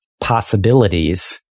possibilities